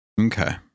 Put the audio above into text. Okay